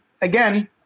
again